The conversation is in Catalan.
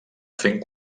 fent